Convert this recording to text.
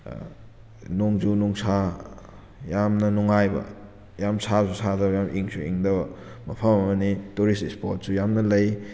ꯅꯣꯡꯖꯨ ꯅꯨꯡꯁꯥ ꯌꯥꯝꯅ ꯅꯨꯉꯥꯏꯕ ꯌꯥꯝꯅ ꯁꯥꯁꯨ ꯁꯥꯗꯕ ꯌꯥꯝꯅ ꯏꯪꯁꯨ ꯏꯪꯗꯕ ꯃꯐꯝ ꯑꯃꯅꯤ ꯇꯨꯔꯤꯁ ꯏꯁꯄꯣꯠꯁꯨ ꯌꯥꯝꯅ ꯂꯩ